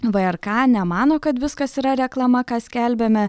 vrk nemano kad viskas yra reklama ką skelbiame